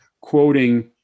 quoting